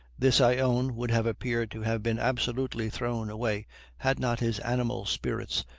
this, i own, would have appeared to have been absolutely thrown away had not his animal spirits,